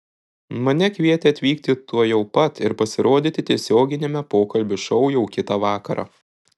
mane kvietė atvykti tuojau pat ir pasirodyti tiesioginiame pokalbių šou jau kitą vakarą